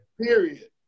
Period